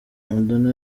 madonna